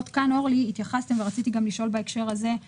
עשינו מאמצים ניכרים לחסוך בעלויות על